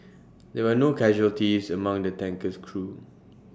there were no casualties among the tanker's crew